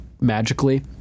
magically